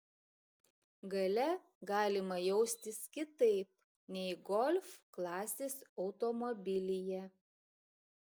gale galima jaustis kitaip nei golf klasės automobilyje